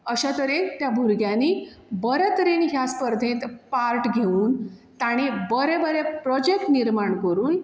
अश्या तरेन त्या भुरग्यांनी बऱ्या तरेन ह्या स्पर्धेंत पार्ट घेवन ताणी बरे बरे प्रोजेक्ट निर्माण करून